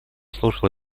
слушал